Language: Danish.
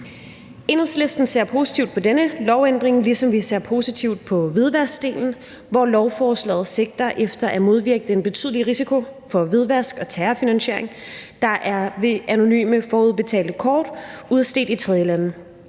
Enhedslisten ser positivt på denne lovændring, ligesom vi ser positivt på hvidvaskdelen, hvor lovforslaget sigter efter at modvirke den betydelige risiko for hvidvask og terrorfinansering, der er ved anonyme forudbetalte kort udstedt i tredjelande.